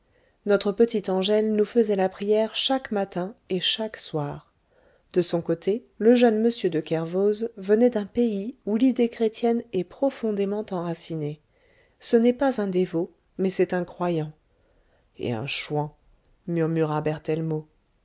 notre petite angèle nous faisait la prière chaque matin et chaque soir de son côté le jeune m de kervoz venait d'un pays où l'idée chrétienne est profondément enracinée ce n'est pas un dévot mais c'est un croyant et un chouan murmura